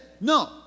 No